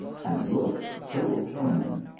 and looked so charming.